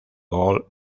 gaulle